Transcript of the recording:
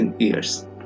years